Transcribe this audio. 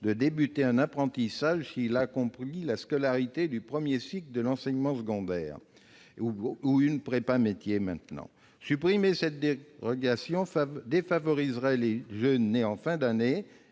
de débuter un apprentissage s'il a accompli la scolarité du premier cycle de l'enseignement secondaire ou une « prépa métiers ». Supprimer cette dérogation défavoriserait les jeunes nés en fin d'année